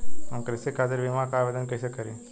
हम कृषि खातिर बीमा क आवेदन कइसे करि?